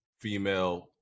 female